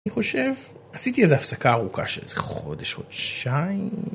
אני חושב, עשיתי איזו הפסקה ארוכה של איזה חודש, חודשיים...